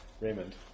Raymond